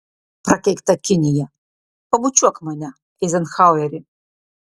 prakeikta kinija pabučiuok mane eizenhaueri